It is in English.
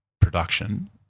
production